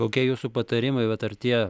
kokie jūsų patarimai vat ar tie